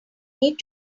need